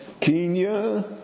Kenya